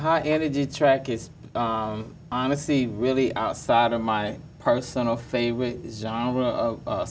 high energy track is honestly really outside of my personal favorite genre of